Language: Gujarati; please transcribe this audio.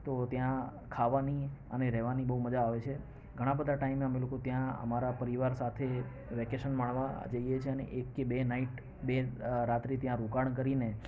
તો ત્યાં ખાવાની અને રહેવાની બહુ મજા આવે છે ઘણા બધા ટાઈમે અમે લોકો ત્યાં અમારા પરિવાર સાથે વેકેશન માણવા જઈએ છીએ અને એક કે બે નાઈટ બે રાત્રિ ત્યાં રોકાણ કરીને